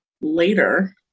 later